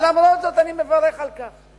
אבל למרות זאת אני מברך על כך.